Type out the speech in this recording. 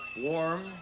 warm